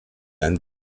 ein